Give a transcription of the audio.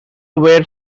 were